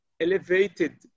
elevated